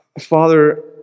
Father